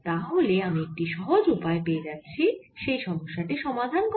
তাহলে আমি একটি সহজ উপায় পেয়ে যাচ্ছি এই সমস্যা টি সমাধান করার